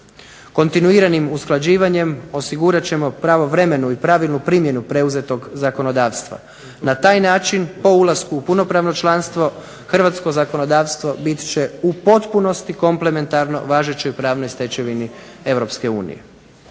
Kontinuiranim usklađivanjem osigurat ćemo pravovremenu i pravilnu primjenu preuzetog zakonodavstva. Na taj način po ulasku u punopravno članstvo hrvatsko zakonodavstvo bit će u potpunosti komplementarno važećoj pravnoj stečevini